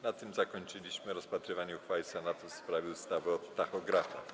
Na tym zakończyliśmy rozpatrywanie uchwały Senatu w sprawie ustawy o tachografach.